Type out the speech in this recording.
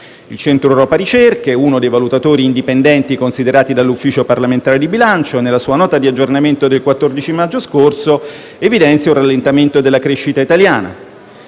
il Centro Europa Ricerche (CER), uno dei valutatori indipendenti considerati dall'Ufficio parlamentare di bilancio, nella sua nota di aggiornamento del 14 maggio scorso evidenzia un rallentamento della crescita italiana.